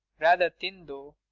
rather thin, though.